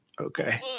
Okay